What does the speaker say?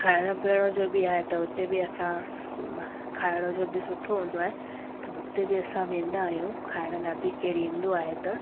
खाइण पीअण जो बि आहे त हुते बि असां खाइण जो बि सुठो हूंदो आहे त हुते बि असां वेंदा आहियूं खाइण लाइ बि केरु ईंदो आहे त